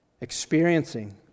experiencing